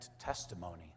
testimony